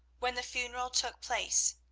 when the funeral took place,